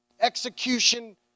execution